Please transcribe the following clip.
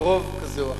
ברוב כזה או אחר.